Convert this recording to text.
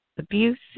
Abuse